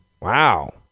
Wow